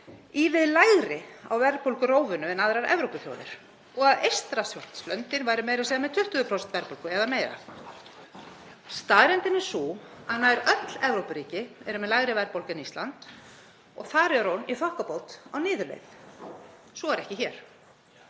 ívið lægri á verðbólgurófinu en aðrar Evrópuþjóðir og að Eystrasaltslöndin væru með 20% verðbólgu eða meira. Staðreyndin er sú að nær öll Evrópuríkin eru með lægri verðbólgu en Ísland og þar er hún í þokkabót á niðurleið. Svo er ekki hér.